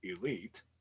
elite